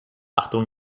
achtung